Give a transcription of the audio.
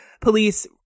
police